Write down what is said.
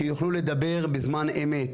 שיוכלו לדבר בזמן אמת.